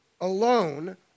alone